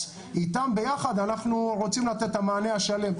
- איתם ביחד אנחנו רוצים לתת את המענה השלם.